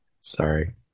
sorry